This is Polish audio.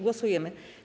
Głosujemy.